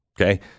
Okay